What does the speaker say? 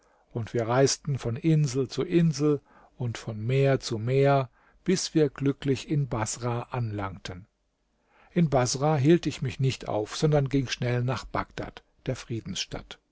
und wir reisten von insel zu insel und von meer zu meer bis wir glücklich in baßrah anlangten in baßrah hielt ich mich nicht auf sondern ging schnell nach bagdad der friedensstadt